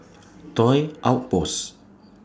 Toy Outpost